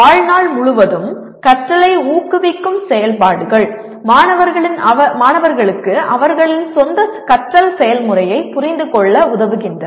வாழ்நாள் முழுவதும் கற்றலை ஊக்குவிக்கும் செயல்பாடுகள் மாணவர்களுக்கு அவர்களின் சொந்த கற்றல் செயல்முறையைப் புரிந்துகொள்ள உதவுகின்றன